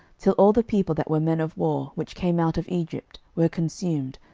till all the people that were men of war, which came out of egypt, were consumed,